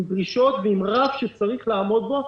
עם דרישות ועם רף שצריך לעמוד בו,